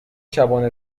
شبانه